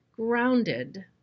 grounded